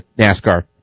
NASCAR